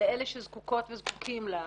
לאלה שזקוקות וזקוקים לה מפני,